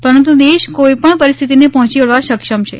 પરંતુ દેશ કોઈ પણ પરિસ્થિતીને પહોંચી વળવા સક્ષમ છે